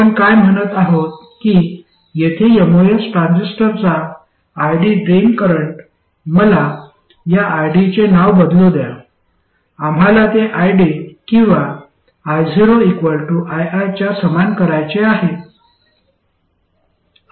आपण काय म्हणत आहोत की येथे एमओएस ट्रान्झिस्टरचा id ड्रेन करंट मला या id चे नाव बदलू द्या आम्हाला ते id किंवा io ii च्या समान करायचे आहे